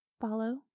follow